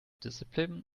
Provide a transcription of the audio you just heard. discipline